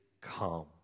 come